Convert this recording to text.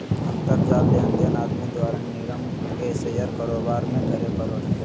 अंतर जाल लेनदेन आदमी द्वारा निगम के शेयर कारोबार में करे पड़ो हइ